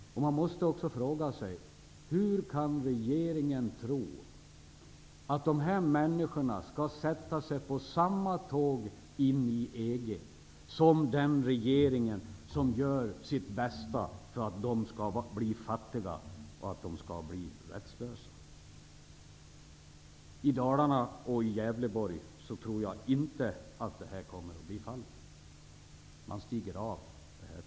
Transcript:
Hur kan regeringen tro att dessa människor skall sätta sig på samma tåg in i EG som den regering som gör sitt bästa för att de skall bli fattiga och rättslösa? Jag tror inte att det kommer att bli fallet i Dalarna och i Gävleborg. Man stiger av tåget.